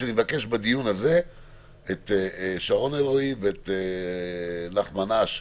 שאני מבקש בדיון הזה את שרון אלרעי ואת נחמן אש,